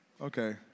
Okay